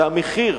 והמחיר,